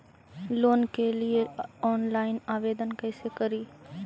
Loan के लिये online आवेदन कैसे करि?